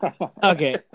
Okay